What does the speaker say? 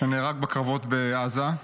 שנהרג בקרבות בעזה.